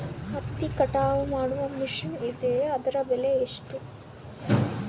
ಹತ್ತಿ ಕಟಾವು ಮಾಡುವ ಮಿಷನ್ ಇದೆಯೇ ಅದರ ಬೆಲೆ ಎಷ್ಟು?